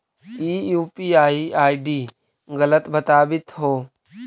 ई UPI ID गलत बताबीत हो